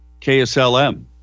KSLM